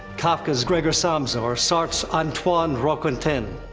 kafka's gregor samsa, or sartre's antoine roquentin.